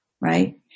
Right